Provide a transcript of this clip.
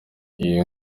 iyi